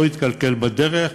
לא יתקלקל בדרך.